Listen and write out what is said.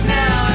now